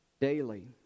daily